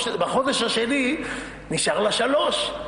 בחודש השני נשארו לה שלוש,